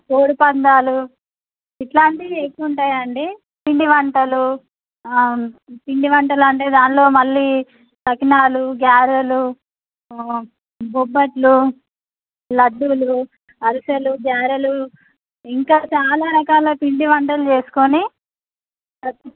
కోడి పందాలు ఇట్లాంటివి అవుతుంటాయండి పిండి వంటలు పిండి వంటలు అంటే దానిలో మళ్ళీ సకినాలు గారెలు బొబ్బట్లు లడ్డూలు అరిసెలు గారెలు ఇంకా చాలా రకాల పిండి వంటలు చేసుకుని